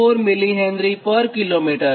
4 millihenry પર કિમી છે